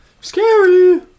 Scary